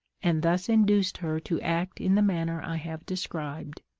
and thus induced her to act in the manner i have described.